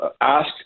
ask